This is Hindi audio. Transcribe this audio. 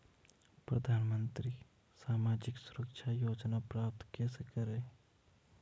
प्रधानमंत्री सामाजिक सुरक्षा योजना प्राप्त कैसे करें?